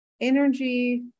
energy